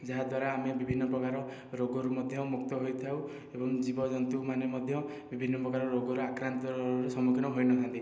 ଯାହାଦ୍ୱାରା ଆମେ ବିଭିନ୍ନ ପ୍ରକାର ରୋଗରୁ ମଧ୍ୟ ମୁକ୍ତ ହୋଇଥାଉ ଏବଂ ଜୀବଜନ୍ତୁମାନେ ମଧ୍ୟ ବିଭିନ୍ନ ପ୍ରକାର ରୋଗରେ ମଧ୍ୟ ଆକ୍ରାନ୍ତର ସମ୍ମୁଖୀନ ହୋଇନଥାନ୍ତି